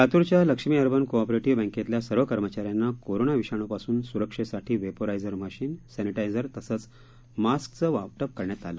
लातूरच्या Lakshmi urban cooperative बँकेतल्या सर्व कर्मचाऱ्यांना कोरोना विषाणूपासून सुरक्षेसाठी वेपोरायझर मशीन सर्विटायझर तसंच मास्कचं वाटप करण्यात आले